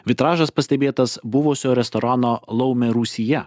vitražas pastebėtas buvusio restorano laumė rūsyje